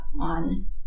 on